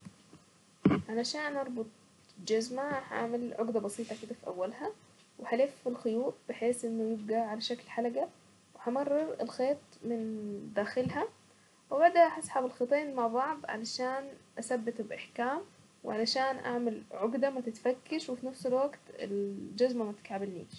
علشان اربط جزمة هعمل عقدة بسيطة كده في اولها وهلف الخيوط بحيث انه يبقى على شكل حلقة وحمرر الخيط من داخلها وبعدها اسحب الخيطين مع بعض علشان اثبته باحكام وعلشان اعمل عقدة ما تتفكش وفي نفس الوقت الجزمة متكعبلنيش.